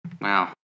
Wow